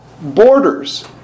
borders